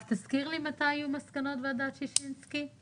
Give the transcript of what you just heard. רק תזכיר לי מתי היו מסקנות ועדת שישינסקי?